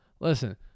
Listen